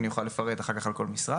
אני אוכל לפרט אחר כך על כל משרד.